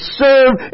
serve